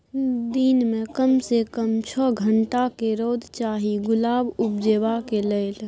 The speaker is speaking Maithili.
दिन मे कम सँ कम छअ घंटाक रौद चाही गुलाब उपजेबाक लेल